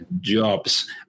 jobs